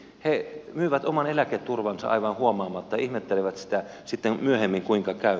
he myyvät oman eläketurvansa aivan huomaamatta ja ihmettelevät sitä sitten myöhemmin kuinka käy